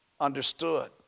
understood